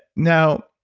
now,